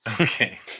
Okay